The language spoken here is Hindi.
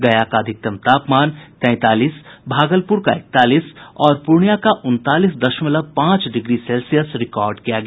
गया का अधिकतम तापमान तैंतालीस भागलपुर का इकतालीस और पूर्णियां का उनतालीस दशमलव पांच डिग्री सेल्सियस रिकॉर्ड किया गया